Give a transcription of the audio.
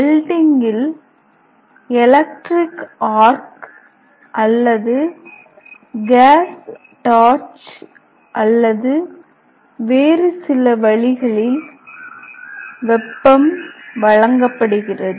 வெல்டிங்கில் electric arc அல்லது gas torch அல்லது வேறு சில வழிகளில் வெப்பம் வழங்கப்படுகிறது